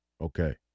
Okay